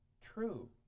true